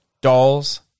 Dolls